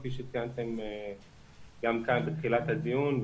כפי שציינתם גם כאן בתחילת הדיון,